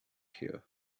here